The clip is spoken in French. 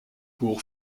pour